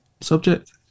subject